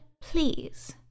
Please